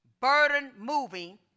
burden-moving